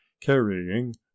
carrying